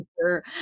sure